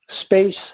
space